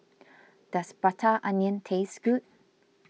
does Prata Onion taste good